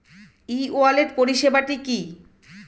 ই wallet পরিষেবাটি কি?